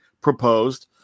proposed